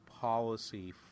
policy